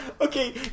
Okay